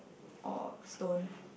or stone